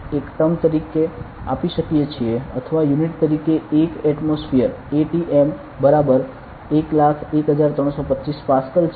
આપણે તેને એક ટર્મ તરીકે આપી શકીએ છીએ અથવા યુનિટ તરીકે 1 એટમોસફીયર atm બરાબર 101325 પાસ્કલ છે